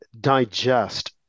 digest